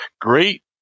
great